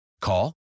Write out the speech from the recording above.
Call